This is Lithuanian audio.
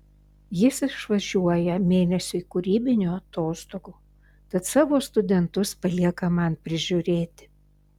jis išvažiuoja mėnesiui kūrybinių atostogų tad savo studentus palieka man prižiūrėti